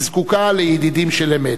היא זקוקה לידידים של אמת.